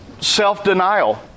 self-denial